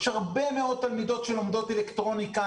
יש הרבה מאוד תלמידות שלומדות אלקטרוניקה,